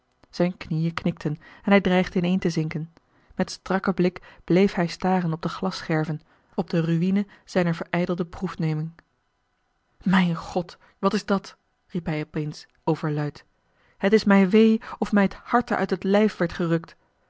zijne knieën knikten en hij dreigde ineen te zinken met strakken blik bleef hij staren op de glasscherven op de ruïne zijner verijdelde proefneming mijn god wat is dat riep hij op eens overluid het is mij wee of mij het harte uit het lijf werd gerukt